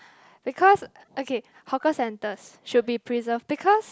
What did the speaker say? because okay hawker centers should be preserved because